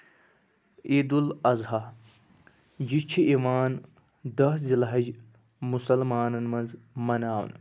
عیٖدالاضحیٰ یہِ چھُ یِوان دہ زِلحح مُسلمانن منٛز مناونہٕ